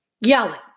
Yelling